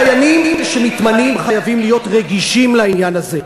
הדיינים שמתמנים חייבים להיות רגישים לעניין הזה,